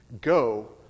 go